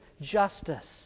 justice